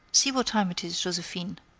see what time it is, josephine.